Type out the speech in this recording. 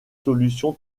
solution